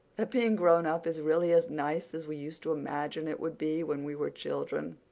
that being grown-up is really as nice as we used to imagine it would be when we were children?